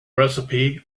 recipe